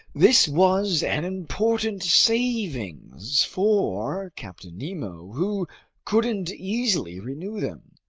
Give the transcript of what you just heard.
this was an important savings for captain nemo, who couldn't easily renew them.